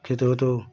খেতে হতো